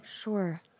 Sure